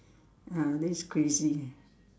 ah this is crazy